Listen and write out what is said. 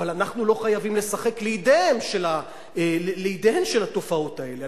אבל אנחנו לא חייבים לשחק לידיהן של התופעות האלה.